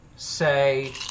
say